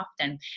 often